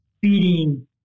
feeding